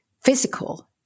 physical